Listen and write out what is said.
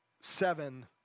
seven